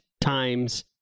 times